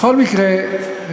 בכל מקרה,